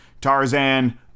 Tarzan